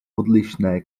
odlišné